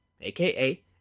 aka